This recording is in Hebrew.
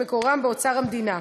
שמקורם באוצר המדינה.